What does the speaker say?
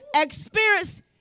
experience